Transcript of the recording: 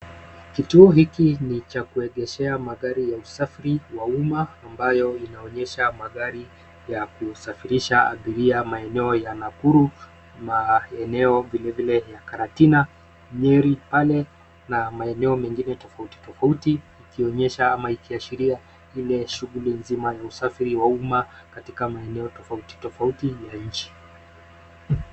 Kituo hiki ni cha kuegeshea magari ya usafiri wa umma ambayo inaonyesha magari ya kusafirisha abiria maeneo ya Nakuru na maeneo vile vile ya Karatina, Nyeri pale na maeneo mengine tofauti tofauti, ikionyesha ama ikiashiria ile shughuli nzima ya usafiri wa umma, katika maeneo tofauti tofauti ya nchi .